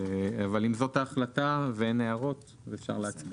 אם זאת ההחלטה ואין הערות, אפשר להצביע.